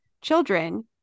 children